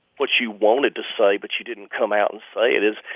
what you wanted to say but you didn't come out and say it is,